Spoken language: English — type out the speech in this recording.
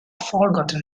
forgotten